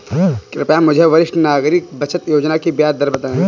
कृपया मुझे वरिष्ठ नागरिक बचत योजना की ब्याज दर बताएं